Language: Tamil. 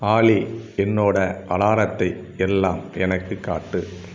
ஆலி என்னோடய அலாரத்தை எல்லாம் எனக்குக் காட்டு